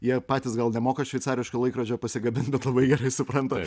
jie patys gal nemoka šveicariško laikrodžio pasigamint bet labai gerai supranta